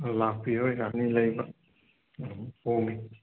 ꯂꯥꯛꯄꯤꯔꯣ ꯌꯥꯅꯤ ꯂꯩꯕ ꯑꯗꯨꯝ ꯍꯣꯡꯉꯦ